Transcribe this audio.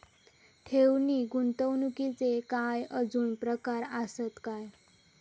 ठेव नी गुंतवणूकचे काय आजुन प्रकार आसत काय?